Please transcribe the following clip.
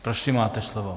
Prosím, máte slovo.